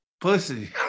Pussy